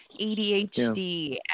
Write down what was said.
ADHD